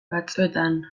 batzuetan